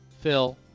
Phil